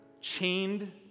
Chained